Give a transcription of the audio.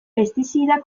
pestizidak